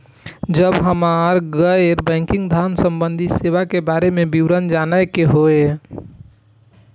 जब हमरा गैर बैंकिंग धान संबंधी सेवा के बारे में विवरण जानय के होय?